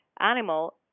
animal